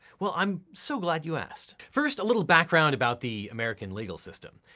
well i'm so glad you asked. first, a little background about the american legal system.